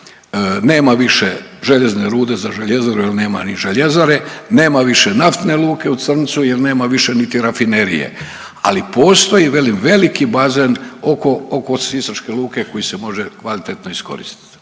nema više željezne rude za željezaru jer nema ni željezare, nema više naftne luke u Crncu jer nema više niti rafinerije, ali postoji, velim, veliki bazen oko sisačke luke koji se može kvalitetno iskoristiti.